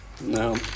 No